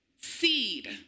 Seed